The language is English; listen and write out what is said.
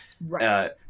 Right